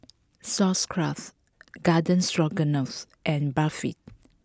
Sauerkraut Garden Stroganoff and Barfi